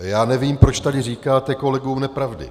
Já nevím, proč tady říkáte kolegům nepravdy.